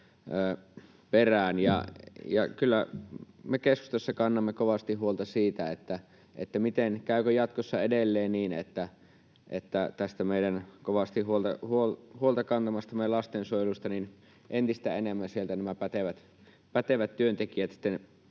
kyllä me keskustassa kannamme kovasti huolta siitä, käykö jatkossa edelleen niin, että tästä lastensuojelusta, josta me kovasti kannamme huolta, entistä enemmän nämä pätevät työntekijät sitten